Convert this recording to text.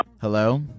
Hello